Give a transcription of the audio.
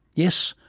yes,